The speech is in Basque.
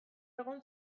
egun